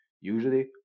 usually